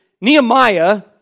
Nehemiah